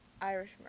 Irish